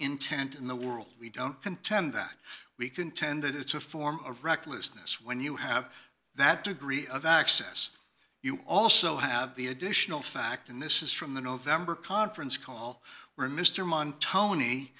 intent in the world we don't contend that we contend that it's a form of recklessness when you have that degree of access you also have the additional fact and this is from the november conference call where mr mo